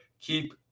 keep